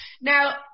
Now